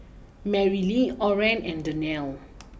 Merrilee Oren and Danelle